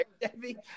Debbie